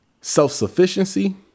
self-sufficiency